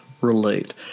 relate